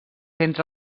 entre